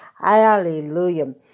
Hallelujah